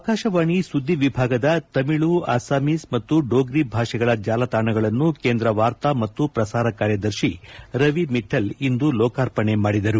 ಆಕಾಶವಾಣಿ ಸುದ್ದಿ ವಿಭಾಗದ ತಮಿಳು ಅಸ್ತಮೀಸ್ ಮತ್ತು ಡೋಗ್ರಿ ಭಾಷೆಗಳ ಜಾಲತಾಣಗಳನ್ನು ಕೇಂದ್ರ ವಾರ್ತಾ ಮತ್ತು ಪ್ರಸಾರ ಕಾರ್ಯದರ್ಶಿ ರವಿ ಮಿಠ್ಠಲ್ ಇಂದು ಲೋಕಾರ್ಪಣೆ ಮಾಡಿದರು